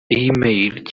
email